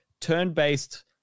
Turn-based